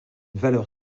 valeur